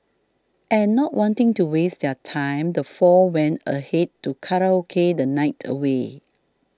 and not wanting to waste their time the four went ahead to karaoke the night away